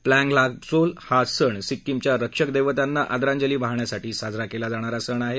पँग ल्हाबसोल हा सण सिक्किमच्या रक्षक देवतांना आदरांजली वाहण्यासाठी साजरा केला जाणारा सण आहे